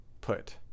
put